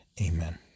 Amen